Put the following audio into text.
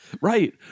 right